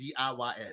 DIYS